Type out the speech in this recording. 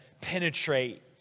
penetrate